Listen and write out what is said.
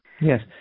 Yes